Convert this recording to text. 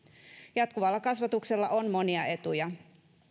jatkuvalla kasvatuksella on monia etuja